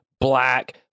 black